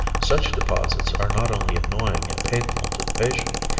such deposits are not only annoying and painful to the patient,